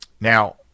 Now